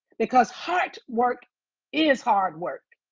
because heart work is hard work.